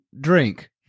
drink